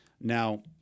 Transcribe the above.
Now